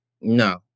No